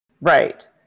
Right